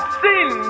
sin